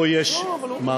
פה יש מערכת